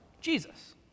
Jesus